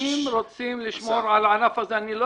אם רוצים לשמור על הענף הזה אני לא